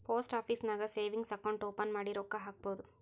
post office ನಾಗ್ savings account open ಮಾಡಿ ರೊಕ್ಕಾ ಹಾಕ್ಬೋದ್